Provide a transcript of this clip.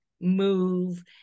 move